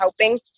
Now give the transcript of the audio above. helping